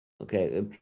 Okay